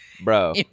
bro